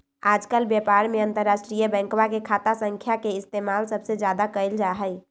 आजकल व्यापार में अंतर्राष्ट्रीय बैंकवा के खाता संख्या के इस्तेमाल सबसे ज्यादा कइल जाहई